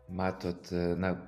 matot na